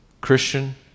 Christian